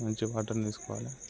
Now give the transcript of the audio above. మంచి వాటర్ని తీసుకోవాలి